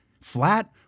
Flat